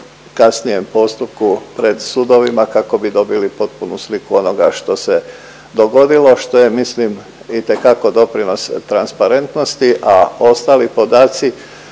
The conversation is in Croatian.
kasnijem postupku pred sudovima kako bi dobili potpunu sliku onoga što se dogodilo što je mislim itekako doprinos transparentnosti, a ostali podaci